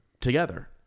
together